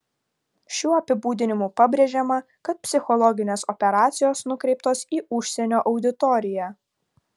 šiuo apibūdinimu pabrėžiama kad psichologinės operacijos nukreiptos į užsienio auditoriją